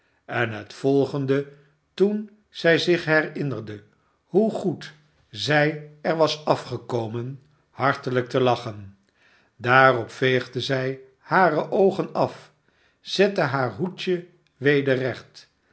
en het volgende toen zij zich herinnerde hoe goed zij er was afgekomen hartelijk te lachen daarop veegde zij hare oogen af zette haar hoedje